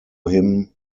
him